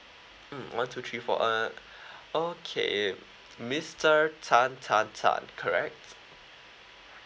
mm one two three four uh okay mister tan tan correct